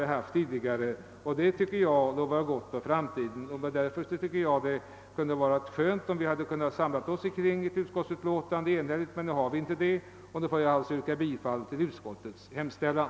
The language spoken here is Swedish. Det tycker jag lovar gott för framtiden. Därför tycker jag också att det hade varit välgörande om vi hade kunnat samla oss omkring ett enhälligt utskottsutlåtande. Men då vi nu inte kunnat göra det, ber jag att få yrka bifall till utskottets hemställan.